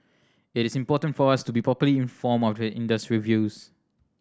it is important for us to be properly informed of the industry views